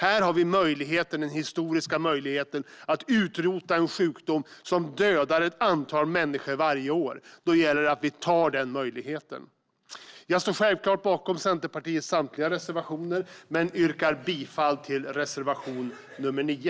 Här har vi den historiska möjligheten att utrota en sjukdom som dödar ett antal människor varje år. Då gäller det att vi tar den möjligheten. Jag står självklart bakom Centerpartiets samtliga reservationer men yrkar bifall endast till reservation nr 9.